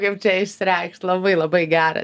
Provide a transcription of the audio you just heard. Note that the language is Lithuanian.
kaip čia išsireikšt labai labai gera